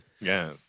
Yes